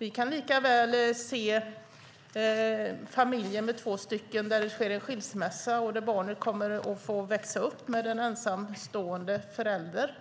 Vi kan lika väl se familjer med två föräldrar där det sker en skilsmässa och där barnet kommer att få växa upp med en ensamstående förälder.